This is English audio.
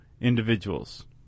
individuals